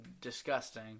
disgusting